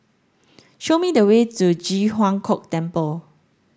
show me the way to Ji Huang Kok Temple